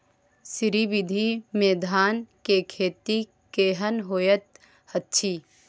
श्री विधी में धान के खेती केहन होयत अछि?